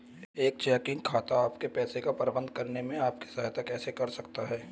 एक चेकिंग खाता आपके पैसे का प्रबंधन करने में आपकी सहायता कैसे कर सकता है?